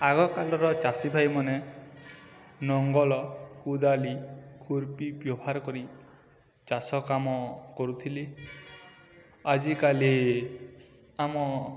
ଆଗକାଳର ଚାଷୀ ଭାଇମାନେ ଲଙ୍ଗଳ କୁଦାଲି ଖୁର୍ପି ବ୍ୟବହାର କରି ଚାଷ କାମ କରୁଥିଲେ ଆଜିକାଲି ଆମ